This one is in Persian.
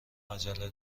عجله